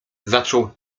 zaczął